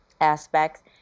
aspects